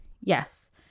Yes